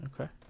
Okay